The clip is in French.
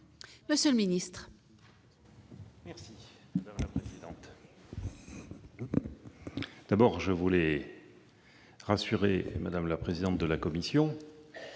monsieur le ministre.